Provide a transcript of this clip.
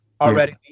already